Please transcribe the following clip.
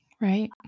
Right